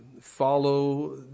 follow